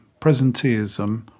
presenteeism